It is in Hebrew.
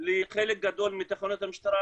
בחלק גדול מתחנות המשטרה,